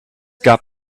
gab